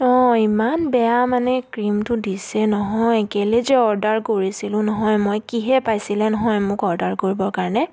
অঁ ইমান বেয়া মানে ক্ৰীমটো দিছে নহয় কেলে যে অৰ্ডাৰ কৰিছিলোঁ নহয় মই কিহে পাইছিলে নহয় মোক অৰ্ডাৰ কৰিবৰ কাৰণে